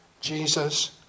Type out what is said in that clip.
Jesus